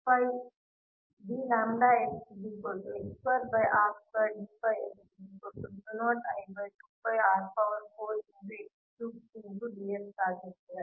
flux link ಆಗಿರುತ್ತದೆ